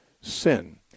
sin